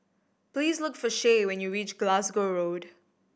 please look for Shae when you reach Glasgow Road